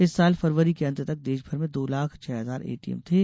इस साल फरवरी के अंत तक देशभर में दो लाख छह हजार एटीएम थे